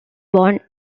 born